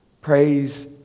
Praise